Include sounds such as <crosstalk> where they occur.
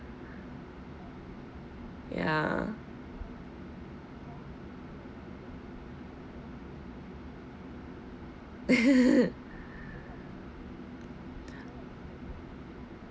ya <laughs>